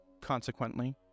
consequently